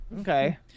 Okay